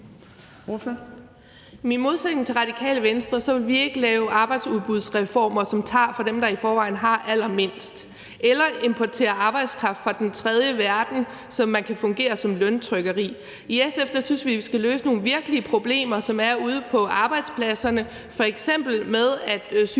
i modsætning til Radikale Venstre vil vi ikke lave arbejdsudbudsreformer, som tager fra dem, der i forvejen har allermindst, eller importere arbejdskraft fra den tredje verden, som kan fungere som løntrykkeri. I SF synes vi, at vi skal løse nogle virkelige problemer, som er ude på arbejdspladserne, f.eks. med at sygefravær